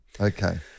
Okay